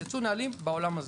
יצאו נהלים בעולם הזה.